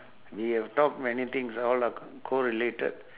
we have talk many things all are c~ co-related